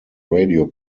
radio